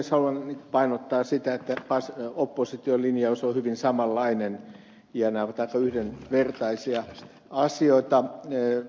haluan painottaa sitä että opposition linjaus on hyvin samanlainen ja nämä ovat aika yhdenvertaisia asioita